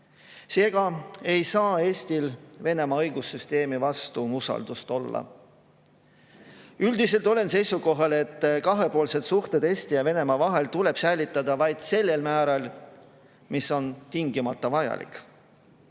Seega ei saa Eestil Venemaa õigussüsteemi vastu usaldust olla. Üldiselt olen seisukohal, et kahepoolsed suhted Eesti ja Venemaa vahel tuleb säilitada vaid sel määral, mis on tingimata vajalik.